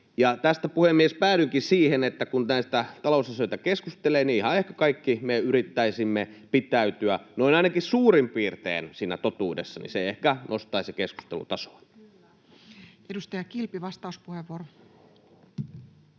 tästä, puhemies, päädynkin siihen, että kun näistä talousasioista keskustellaan, niin ehkä kaikki me yrittäisimme pitäytyä totuudessa, ainakin noin suurin piirtein. Se ehkä nostaisi keskustelun tasoa. Edustaja Kilpi, vastauspuheenvuoro.